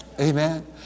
Amen